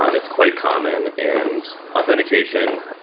um it's quite common. and authentication,